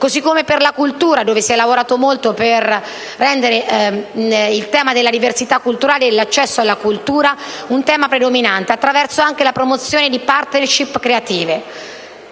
Così come per la cultura, dove si è lavorato molto per rendere il tema della diversità culturale e l'accesso alla cultura un tema predominante, anche attraverso la promozione di *partnership* creative.